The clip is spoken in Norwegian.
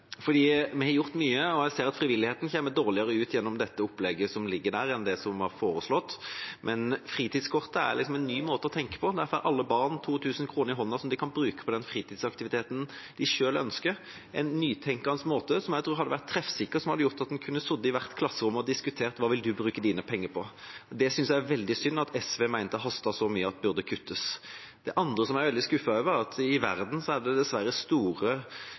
Vi har gjort mye, og jeg ser at frivilligheten kommer dårligere ut med opplegget som ligger her, enn det som var foreslått. Fritidskortet er en ny måte å tenke på. Der får alle barn 2 000 kr i hånda og kan bruke dem på den fritidsaktiviteten de selv ønsker. Det er en nytenkende måte, som jeg tror hadde vært treffsikker, og som hadde gjort at en kunne sitte i hvert klasserom og diskutert: Hva vil du bruke dine penger på? Det synes jeg er veldig synd at SV mener at det haster så mye med å kutte. Det andre jeg er skuffet over, er at det i verden dessverre er